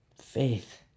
Faith